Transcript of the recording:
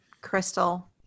Crystal